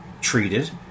treated